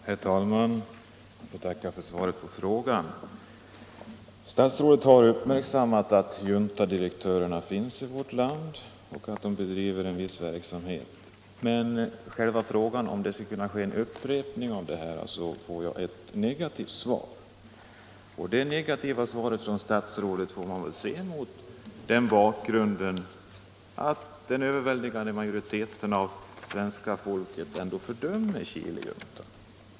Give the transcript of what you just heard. Herr talman! Jag tackar för svaret på min fråga. Statsrådet har uppmärksammat att ett par av Chiles juntadirektörer finns i vårt land och att de här bedriver en viss verksamhet, men på frågan huruvida det kan bli en upprepning av den situation som jag har pekat på har jag fått ett negativt svar. Detta negativa svar av statsrådet skall då ses mot den bakgrunden att en överväldigande majoritet av svenska folket ändå fördömer Chilejuntan.